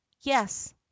Yes